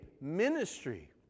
ministry